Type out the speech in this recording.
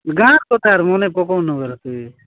ଗାଁର୍ କଥା ଆରେ ମନେ ପକାଉନୁ କିରେ ତୁଇ